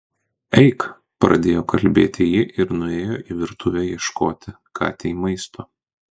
eik pradėjo kalbėti ji ir nuėjo į virtuvę ieškoti katei maisto